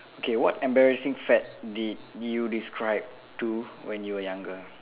okay what embarrassing fad did you describe to when you were younger